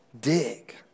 Dig